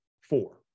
four